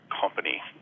company